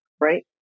right